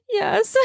yes